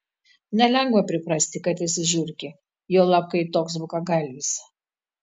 nelengva priprasti kad esi žiurkė juolab kai toks bukagalvis